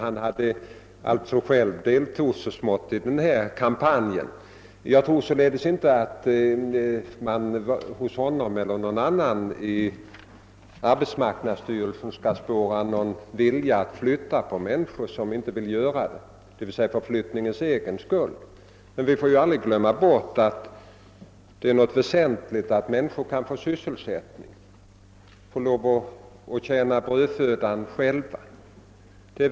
Han deltog alltså själv i viss mån i denna kampanj. Jag tror inte att man hos honom eller hos någon annan i arbetsmarknadsstyrelsen skall spåra en vilja att för flyttningens egen skull flytta på människor mot deras vilja. Men vi får aldrig glömma bort att det är väsentligt att människor kan få sysselsättning och själva förtjäna brödfödan.